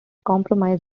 compromise